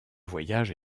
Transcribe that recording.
voyage